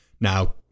Now